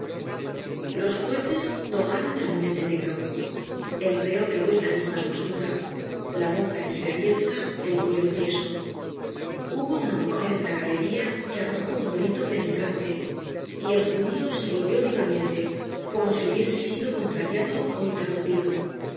los jueces tomaron el bonete negro el reo quedó en la misma postura la boca entreabierta el cuello tieso hubo una mujer en la galeria que arrojo un grilo penetrante y el judio sé volvió vivamente como si hubiese sido contrariado ó interrumpido